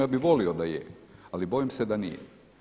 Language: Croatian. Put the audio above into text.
Ja bi volio da je, ali bojim se da nije.